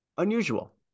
unusual